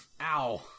Ow